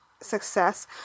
Success